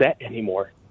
anymore